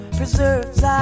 preserves